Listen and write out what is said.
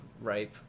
ripe